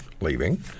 leaving